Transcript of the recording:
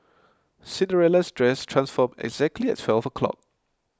Cinderella's dress transformed exactly at twelve o'clock